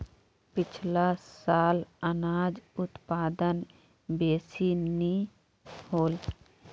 पिछला साल अनाज उत्पादन बेसि नी होल